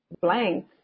Blank